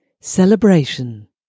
Celebration